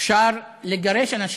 אפשר לגרש אנשים,